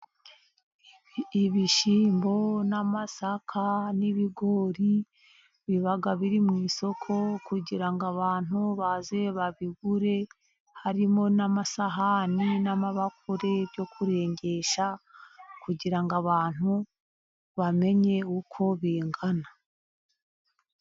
Ibishyimbo , amasaka n'ibigori , biba mu isoko, kugira ngo abantu baze babigure . Harimo amasahani n'amabakure, byo kurengesha, kugira ngo abantu bamenye uko bingana .